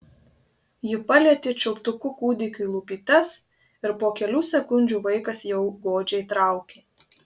ji palietė čiulptuku kūdikiui lūpytes ir po kelių sekundžių vaikas jau godžiai traukė